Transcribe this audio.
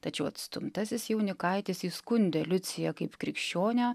tačiau atstumtasis jaunikaitis įskundė liuciją kaip krikščionę